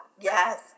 Yes